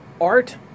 art